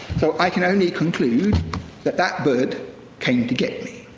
so i can only conclude that that bird came to get me.